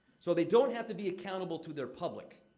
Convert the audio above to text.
so, they don't have to be accountable to their public.